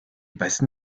besten